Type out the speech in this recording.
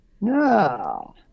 No